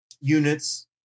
units